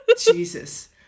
Jesus